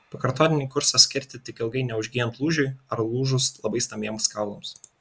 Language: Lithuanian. pakartotinį kursą skirti tik ilgai neužgyjant lūžiui ar lūžus labai stambiems kaulams